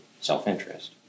self-interest